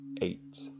eight